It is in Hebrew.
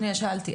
שנייה שאלתי.